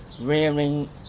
rearing